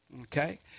okay